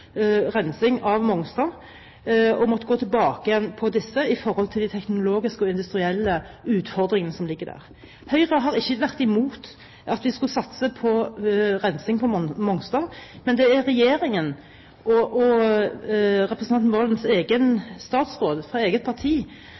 på Mongstad og har måttet gå tilbake på disse løftene med hensyn til de teknologiske og industrielle utfordringene som ligger der. Høyre har ikke vært imot at vi skulle satse på rensing på Mongstad, men det er regjeringen – og statsråden fra samme parti som representanten